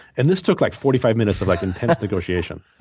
and this took like forty five minutes of like intense negotiation.